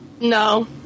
no